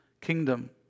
kingdom